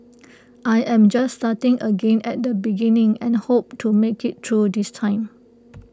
I am just starting again at the beginning and hope to make IT through this time